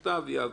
יעביר.